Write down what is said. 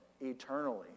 eternally